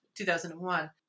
2001